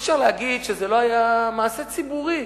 אי-אפשר להגיד שזה לא היה מעשה ציבורי.